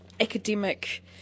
academic